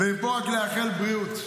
ומפה, רק לאחל בריאות.